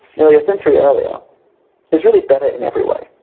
nearly a century earlier is really better in every way.